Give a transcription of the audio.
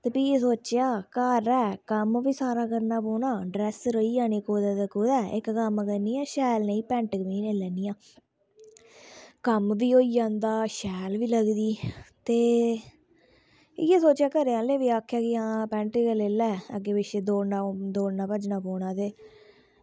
ते भी में सोचेआ घर ऐ कम्म बी सारा करना पौना ते ड्रैस रेही जानी कुदै ते कुदै ते इक्क कम्म करनी आं शैल मेईं पैंट कमीज़ लेई लैन्नी आं कम्म बी होई जंदा ते शैल बी लगदी ते इंया गै घरै आह्ले बी आक्खेआ आं पैंट गै लाई लै ते अग्गें पिच्छें दौड़ना भज्जना पौना ते